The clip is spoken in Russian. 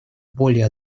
более